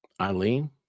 Eileen